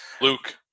Luke